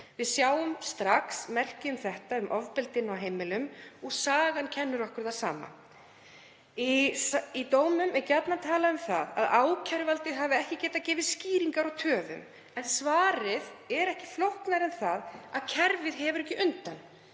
Við sjáum strax merki um þetta, um aukið ofbeldi á heimilum, og sagan kennir okkur það sama. Í dómum er gjarnan talað um það að ákæruvaldið hafi ekki getað gefið skýringar á töfum. En svarið er ekki flóknara en það að kerfið hefur ekki undan.